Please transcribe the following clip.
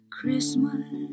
Christmas